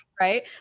right